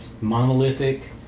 monolithic